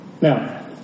Now